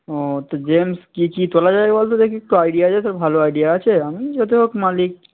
ও তো জেন্টস কি কি তোলা যায় বলতো দেখি একটু আইডিয়া দে তোর ভালো আইডিয়া আছে আমি যতই হোক মালিক